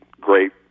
great